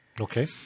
Okay